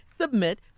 Submit